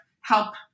help